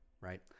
right